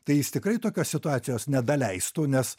tai jis tikrai tokios situacijos nedaleistų nes